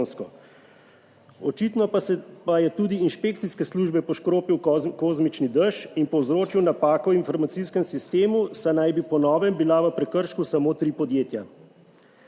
Očitno pa je tudi inšpekcijske službe poškropil kozmični dež in povzročil napako v informacijskem sistemu, saj naj bi po novem bila v prekršku samo tri podjetja.